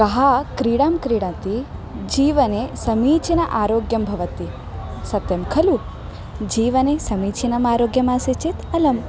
कः क्रीडां क्रीडन्ति जीवने समीचीनम् आरोग्यं भवति सत्यं खलु जीवने समीचीनम् आरोग्यम् आसीत् चेत् अलम्